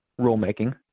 rulemaking